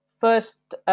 first